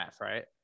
right